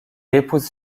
épouse